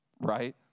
right